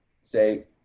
say